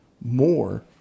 more